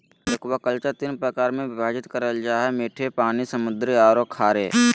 aquaculture तीन प्रकार में विभाजित करल जा हइ मीठे पानी, समुद्री औरो खारे